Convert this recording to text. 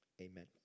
Amen